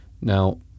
Now